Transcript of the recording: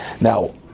Now